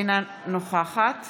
אינה נוכחת